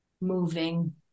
moving